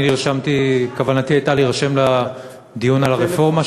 כוונתי הייתה להירשם לדיון על הרפורמה,